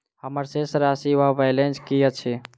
हम्मर शेष राशि वा बैलेंस की अछि?